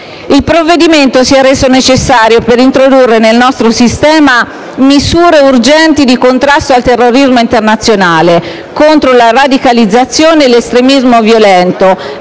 Il provvedimento si è reso necessario per introdurre nel nostro sistema misure urgenti di contrasto al terrorismo internazionale, contro la radicalizzazione e l'estremismo violento,